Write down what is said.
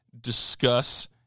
discuss